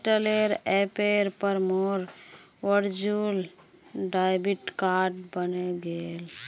Airtel ऐपेर पर मोर वर्चुअल डेबिट कार्ड बने गेले